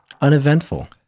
uneventful